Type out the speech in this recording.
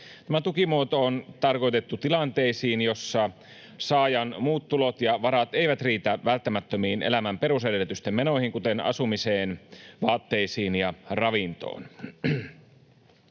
Tämä tukimuoto on tarkoitettu tilanteisiin, joissa saajan muut tulot ja varat eivät riitä välttämättömiin elämän perusedellytysten menoihin, kuten asumiseen, vaatteisiin ja ravintoon.